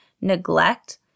neglect